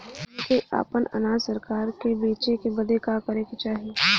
हमनी के आपन अनाज सरकार के बेचे बदे का करे के चाही?